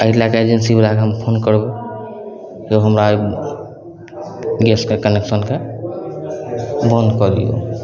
एहि लैके एजेन्सीवलाके हम फोन करब जे हमरा गैसके कनेक्शनकेँ बन्द कै दिऔ